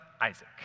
Isaac